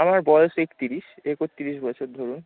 আমার বয়স একতিরিশ একতিরিশ বছর ধরুন